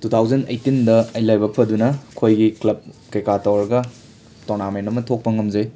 two thousand ꯑꯩꯇꯤꯟꯗ ꯑꯩ ꯂꯥꯏꯕꯛ ꯐꯗꯨꯅ ꯑꯈꯣꯏꯒꯤ ꯀ꯭ꯂꯕ ꯀꯩꯀꯥ ꯇꯧꯔꯒ ꯇꯣꯔꯅꯃꯦꯟ ꯑꯃ ꯊꯣꯛꯄ ꯉꯝꯖꯩ